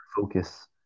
Focus